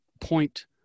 point